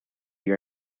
your